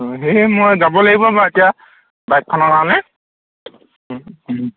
অঁ সেয়েহে মই যাব লাগিব বাৰু এতিয়া বাইকখনৰ কাৰণে অঁ